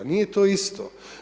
Nije to isto.